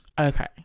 Okay